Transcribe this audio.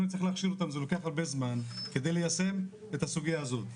אני צריך להכשיר אותם זה לוקח הרבה זמן כדי ליישם את הסוגיה הזאת.